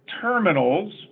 terminals